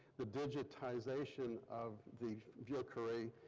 the digitization of the vieux carre